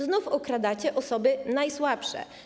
Znów okradacie osoby najsłabsze.